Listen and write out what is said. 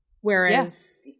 Whereas